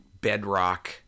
bedrock